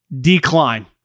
decline